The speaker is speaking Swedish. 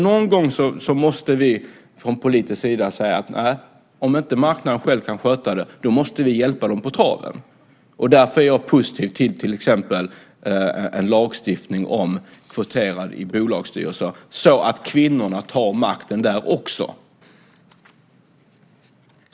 Någon gång måste vi från politisk sida säga: Om inte marknaden själv kan sköta detta måste vi hjälpa den på traven. Därför är jag positiv till exempelvis en lagstiftning om kvoterade bolagsstyrelser så att kvinnorna tar makten där också.